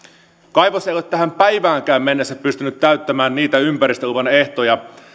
kaivos ei ole tähän päiväänkään mennessä pystynyt täyttämään niitä ympäristöluvan ehtoja